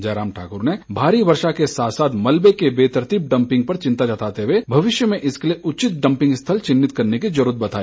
जयराम ठाकुर ने भारी वर्षा के साथ साथ मलबे की बेतरतीब डंपिंग पर चिंता जताते हुए भविष्य में इसके लिए उचित डंपिंग स्थल चिन्हित करने की जरूरत बताई